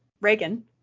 Reagan